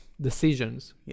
decisions